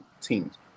teams